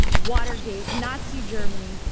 watergate, nazi germany,